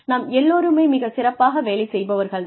நாம் எல்லோருமே மிகச் சிறப்பாக வேலை செய்பவர்கள் தான்